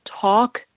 talk